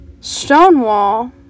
Stonewall